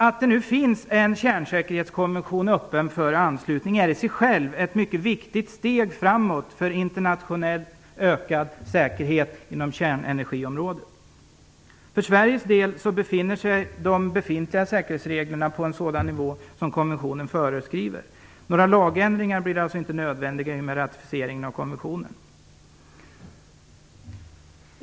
Att det nu finns en kärnsäkerhetskonvention öppen för anslutning är i sig själv ett mycket viktigt steg framåt för internationell ökad säkerhet inom kärnenergiområdet. För Sveriges del befinner sig de befintliga säkerhetsreglerna på en sådan nivå som konventionen föreskriver. Några lagändringar blir alltså inte nödvändiga i och med ratificeringen av konventionen.